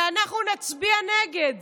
כי אנחנו נצביע נגד